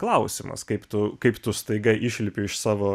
klausimas kaip tu kaip tu staiga išlipti iš savo